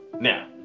Now